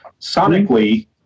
sonically